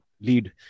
lead